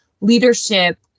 leadership